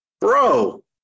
bro